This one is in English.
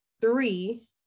three